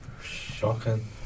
Shocking